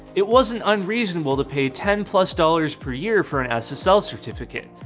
it wasn't unreasonable to pay ten plus dollars per year for an ssl certificate.